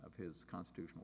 of his constitutional